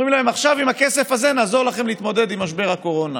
ואומרים להם: עכשיו עם הכסף הזה נעזור לכם להתמודד עם משבר הקורונה.